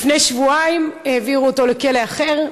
לפני שבועיים העבירו אותו לכלא אחר,